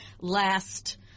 last